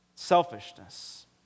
selfishness